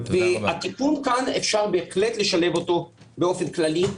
והתיקון כאן אפשר בהחלט לשלב אותו באופן כללי.